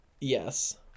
Yes